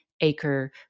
acre